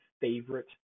favorite